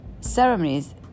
ceremonies